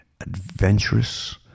adventurous